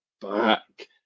back